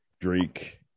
Drake